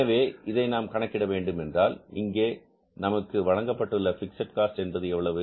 எனவே இதை நாம் கணக்கிட வேண்டும் என்றால் இங்கே நமக்கு வழங்கப்பட்டுள்ள பிக்ஸட் காஸ்ட் என்பது எவ்வளவு